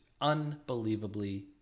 unbelievably